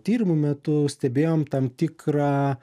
tyrimų metu stebėjom tam tikrą